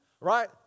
right